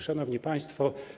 Szanowni Państwo!